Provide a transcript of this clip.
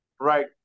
right